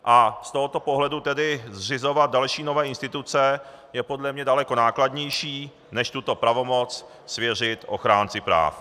Z tohoto pohledu tedy zřizovat další nové instituce je podle mě daleko nákladnější než tuto pravomoc svěřit ochránci práv.